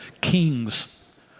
Kings